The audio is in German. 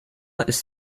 ist